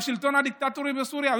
לשלטון הדיקטטורי בסוריה.